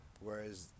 whereas